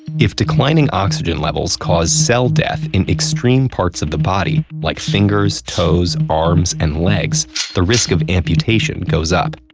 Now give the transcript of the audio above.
if declining oxygen levels cause cell death in extreme parts of the body like fingers, toes, arms and legs the risk of amputation goes up.